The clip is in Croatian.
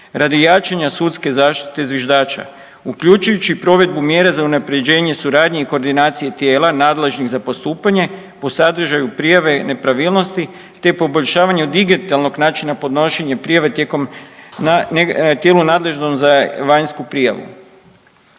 radi jačanja sudske zaštite zviždača uključujući i provedbu mjere za unaprjeđenje suradnje i koordinacije tijela nadležnim za postupanje po sadržaju prijave nepravilnosti, te poboljšavanju digitalnog načina podnošenje prijave tijekom, tijelu nadležnom za vanjsku prijavu.